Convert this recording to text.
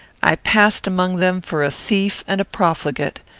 i passed among them for a thief and a profligate,